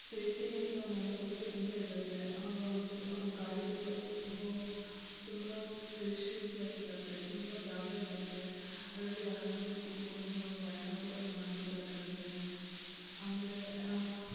safety ಅಂತ ನೋಡೋಕ್ಕೋದ್ರೆ ತುಂಬ ಇರುತ್ತೆ ಅದು ಗಾಡಿಗಳು ತುಂಬ ಸ್ಪೇಶಿಯಸ್ ಆಗಿರುತ್ತೆ ತುಂಬ ಜಾಗ ಇರುತ್ತೆ ಅದರಲ್ಲಿ ಆರಾಮಾಗಿ ಕೂತ್ಕೊಂಡು ನಾವು ಪ್ರಯಾಣ ಕೂಡ ಮಾಡ್ಬೋದಾಗಿರುತ್ತೆ ಆಮೇಲೆ